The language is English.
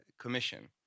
commission